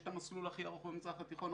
ויש את המסלול הכי ארוך במזרח התיכון,